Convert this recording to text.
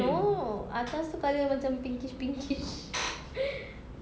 no atas itu colour macam pinkish pinkish